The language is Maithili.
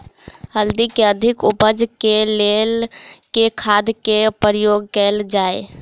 हल्दी केँ अधिक उपज केँ लेल केँ खाद केँ प्रयोग कैल जाय?